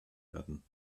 werden